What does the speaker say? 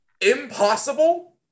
impossible